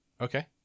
Okay